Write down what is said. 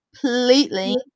completely